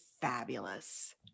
fabulous